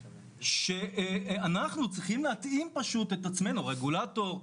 שאנחנו צריכים להתאים את עצמנו הרגולטור,